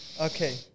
Okay